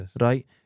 right